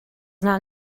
not